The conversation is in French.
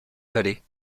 vallée